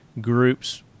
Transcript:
groups